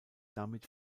damit